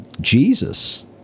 Jesus